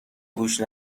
گوش